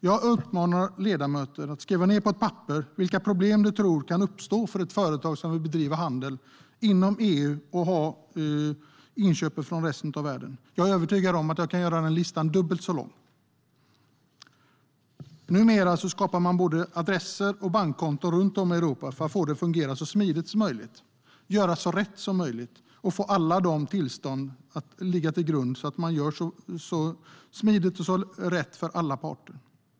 Jag uppmanar ledamöterna att skriva ned på ett papper vilka problem de tror kan uppstå för ett företag som vill bedriva handel inom EU och göra inköp från resten av världen. Jag är övertygad om att jag kan göra den listan dubbelt så lång. Numera skapar man både adresser och bankkonton runt om i Europa för att få det att fungera så smidigt som möjligt, göra så rätt som möjligt för alla parter och få alla de tillstånd som behövs.